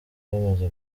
bamaze